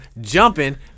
jumping